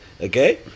Okay